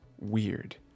weird